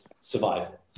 survival